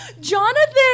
Jonathan